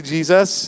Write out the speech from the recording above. Jesus